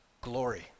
glory